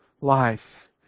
life